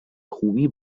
خوبی